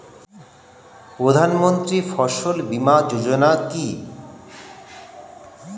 প্রধানমন্ত্রী ফসল বীমা যোজনা কি?